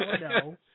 no